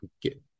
get